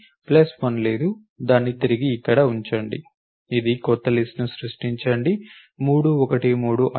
plus 1 లేదు దాన్ని తిరిగి ఇక్కడ ఉంచండి ఇది కొత్త లిస్ట్ ను సృష్టించండి 3 1 3 5 7 9